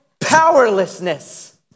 powerlessness